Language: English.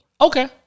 Okay